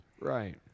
Right